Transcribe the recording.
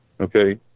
Okay